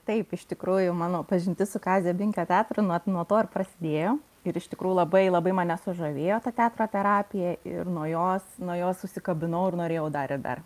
taip iš tikrųjų mano pažintis su kazio binkio teatru nuo nuo to ir prasidėjo ir iš tikrųjų labai labai mane sužavėjo ta teatro terapija ir nuo jos nuo jos užsikabinau ir norėjau dar ir dar